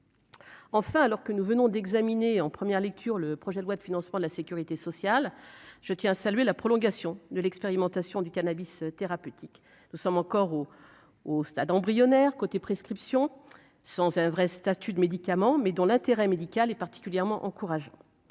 Enfin, alors que nous venons d'examiner en première lecture le projet de loi de financement de la Sécurité sociale, je tiens à saluer la prolongation de l'expérimentation du cannabis thérapeutique, nous sommes encore au au stade embryonnaire, côté prescription sans c'est un vrai statut de médicament mais dont l'intérêt médical est particulièrement encourageant